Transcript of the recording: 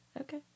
Okay